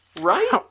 Right